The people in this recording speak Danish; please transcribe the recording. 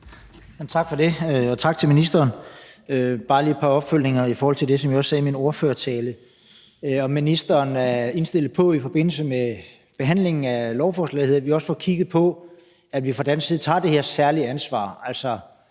Tak for det, og tak til ministeren. Jeg har bare lige et par opfølgninger i forhold til det, som jeg sagde i min ordførertale. Jeg vil spørge, om ministeren er indstillet på i forbindelse med behandlingen af lovforslaget, at vi også får kigget på, at vi fra dansk side tager det her særlige ansvar,